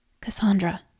Cassandra